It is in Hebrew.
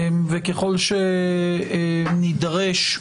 וככל שנידרש,